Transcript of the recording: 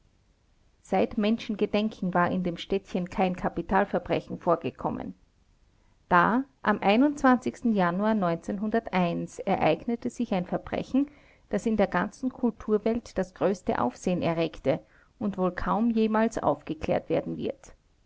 seit menschengedenken war in dem städtchen kein kapitalverbrechen vorgekommen da am januar ereignete sich ein verbrechen das in der ganzen kulturwelt das größte aufsehen erregte und wohl kaum jemals aufgeklärt werden wird